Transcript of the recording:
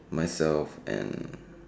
myself and